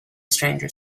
stranger